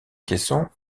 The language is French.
caisson